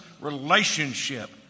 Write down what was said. relationship